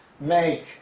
make